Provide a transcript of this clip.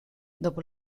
dopo